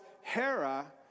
Hera